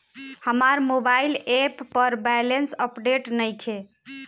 हमार mobile app पर balance update नइखे